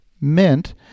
Mint